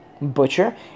butcher